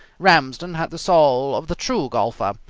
ramsden had the soul of the true golfer.